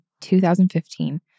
2015